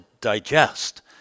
digest